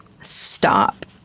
stop